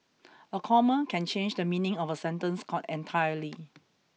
a comma can change the meaning of a sentence can't entirely